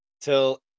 till